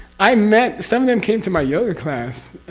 i met. some of them came to my yoga class.